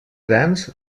grans